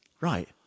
Right